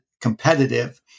competitive